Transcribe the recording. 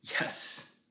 Yes